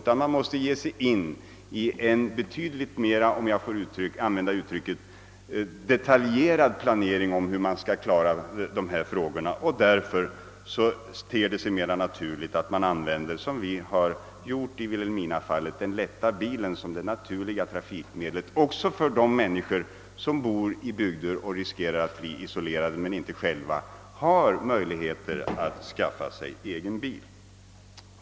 Man måste ge sig in på en betydligt mera detaljerad planering av hur man skall klara dessa frågor. Det ter sig därför naturligt att man betraktar, som vi gjort i Vilhelminafallet, den lätta bilen som det mest ändamålsenliga kollektiva trafikmedlet också för de människor som bor i bygder där de rikskerar att bli isolerade men inte har möjlighet att skaffa sig egen bil.